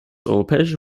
europäische